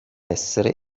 essere